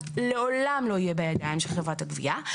לעולם לא יהיה בידיים של חברת הגבייה.